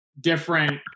different